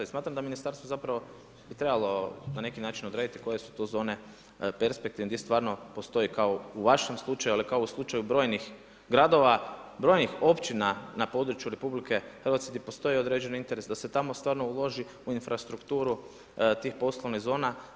I smatram da ministarstvo bi zapravo bi trebalo na neki način odrediti koje su to zone perspektivne, gdje stvarno postoji kao u vašem slučaju ili kao u slučaju brojnih gradova, brojnih općina na području RH, gdje postoji određeni interes da se tamo stvarno uloži u infrastrukturu tih poslovnih zona.